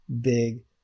big